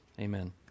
Amen